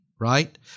right